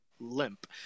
limp